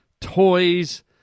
toys